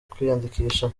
kwiyandikisha